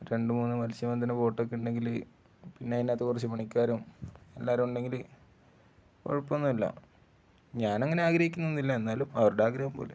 രണ്ടു മൂന്നു മത്സ്യ ബന്ധന ബോട്ടൊക്കെ ഉണ്ടെങ്കില് പിന്നെ അതിനകത്തു കുറച്ചു പണിക്കാരും എല്ലാവരും ഉണ്ടെങ്കില് കുഴപ്പമൊന്നുമില്ല ഞാനങ്ങനെ ആഗ്രഹിക്കുന്നൊന്നുമില്ല എന്നാലും അവരുടെ ആഗ്രഹം പോലെ